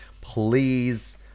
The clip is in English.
please